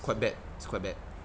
quite bad it's quite bad